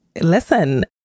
Listen